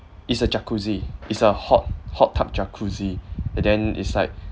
is a jacuzzi is a hot hot tub jacuzzi and then is like